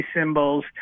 symbols